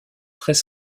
très